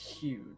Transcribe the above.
huge